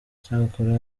cyakora